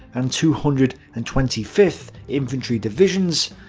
and two hundred and twenty fifth infantry divisions,